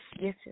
yes